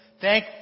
thank